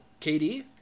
KD